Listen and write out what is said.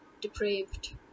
depraved